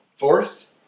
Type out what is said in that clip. Fourth